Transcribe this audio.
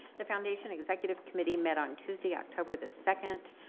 the foundation executive committee met on tuesday, october the second.